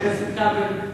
חבר הכנסת כבל.